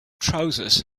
trousers